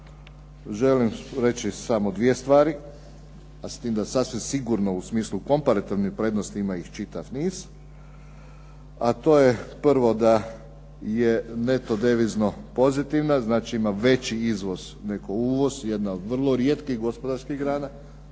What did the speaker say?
želim reći samo dvije stvari. A s tim da sasvim sigurno u smislu komparativne prednosti ima ih čitav niz. A to je prvo, da je neto devizno pozitivna, znači ima veći izvoz nego uvoz, jedna od vrlo rijetkih gospodarskih grana